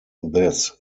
this